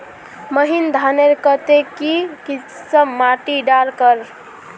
महीन धानेर केते की किसम माटी डार कर?